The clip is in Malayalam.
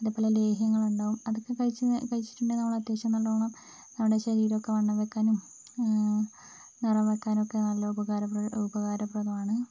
അതുപോലെ ലേഹ്യങ്ങൾ ഉണ്ടാവും അതൊക്കെ കഴിച്ച് കഴിച്ചിട്ടുണ്ടെങ്കിൽ നമ്മളത്യാവശ്യം നല്ലോണം നമ്മുടെ ശരീരമൊക്കെ വണ്ണം വയ്ക്കാനും പിന്നെ നിറം വെക്കാനൊക്കെ നല്ല ഉപകാര ഉപകാരപ്പെടുന്ന ഉപകാരപ്രദമാണ്